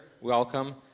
welcome